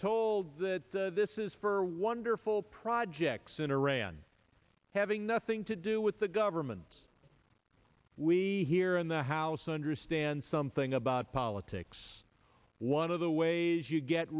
told that this is for wonderful projects in iran having nothing to do with the government we here in the house understand something about politics one of the ways you get